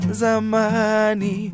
zamani